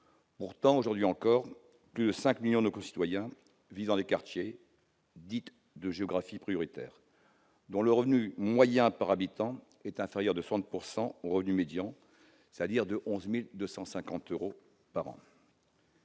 Pourtant, aujourd'hui encore, plus de 5 millions de nos concitoyens vivent dans des quartiers dits « de géographie prioritaire », dont le revenu moyen par habitant est inférieur de 60 % au revenu médian, c'est-à-dire à 11 250 euros par an.